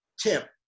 tip